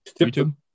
YouTube